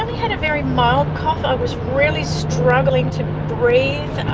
had of very mild cough. i was really struggling to breathe.